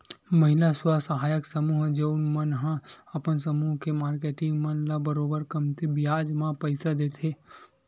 महिला स्व सहायता समूह जउन मन ह अपन समूह के मारकेटिंग मन ल बरोबर कमती बियाज म पइसा देथे